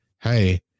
hey